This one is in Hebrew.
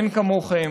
אין כמוכם.